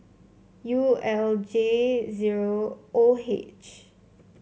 U L J zero O H